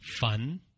fun